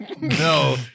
No